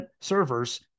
servers